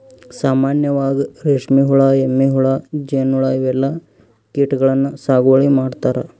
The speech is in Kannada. ಸಾಮಾನ್ಯವಾಗ್ ರೇಶ್ಮಿ ಹುಳಾ, ಎಮ್ಮಿ ಹುಳಾ, ಜೇನ್ಹುಳಾ ಇವೆಲ್ಲಾ ಕೀಟಗಳನ್ನ್ ಸಾಗುವಳಿ ಮಾಡ್ತಾರಾ